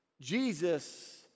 Jesus